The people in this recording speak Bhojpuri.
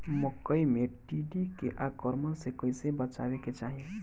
मकई मे टिड्डी के आक्रमण से कइसे बचावे के चाही?